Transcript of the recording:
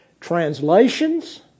translations